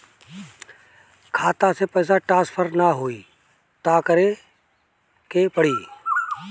खाता से पैसा टॉसफर ना होई त का करे के पड़ी?